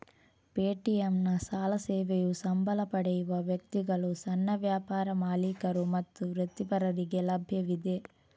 ಪೇಟಿಎಂನ ಸಾಲ ಸೇವೆಯು ಸಂಬಳ ಪಡೆಯುವ ವ್ಯಕ್ತಿಗಳು, ಸಣ್ಣ ವ್ಯಾಪಾರ ಮಾಲೀಕರು ಮತ್ತು ವೃತ್ತಿಪರರಿಗೆ ಲಭ್ಯವಿದೆ